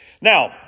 Now